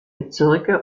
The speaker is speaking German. bezirke